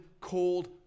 cold